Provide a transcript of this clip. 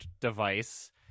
device